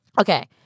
Okay